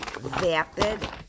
vapid